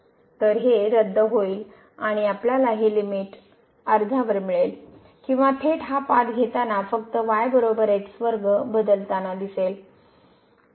तर हे रद्द होईल आणि आपल्याला हे लिमिट अर्ध्यावर मिळेल किंवा थेट हा पाथ घेताना फक्त बदलताना दिसेल